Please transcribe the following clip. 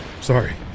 Sorry